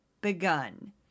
begun